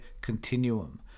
continuum